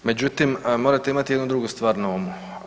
Međutim, morate imat jednu drugu stvar na umu.